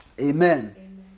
Amen